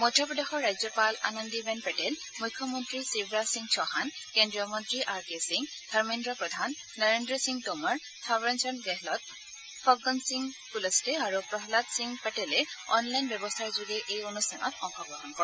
মধ্যপ্ৰদেশৰ ৰাজ্যপাল আনন্দি বেন পেটেল মুখ্যমন্ত্ৰী শিৱৰাজ সিং চৌহান কেন্দ্ৰীয় মন্ত্ৰী আৰ কে সিং ধৰ্মেন্দ্ৰ প্ৰধান নৰেন্দ্ৰ সিং টোমৰ থাৱৰচন্দ গেহলট ফগ্গগন সিং কুলস্তে আৰু প্ৰহ্লাদ সিং পেটেলে অনলাইন ব্যৱস্থাৰ যোগে এই অনুষ্ঠানত অংশগ্ৰহণ কৰে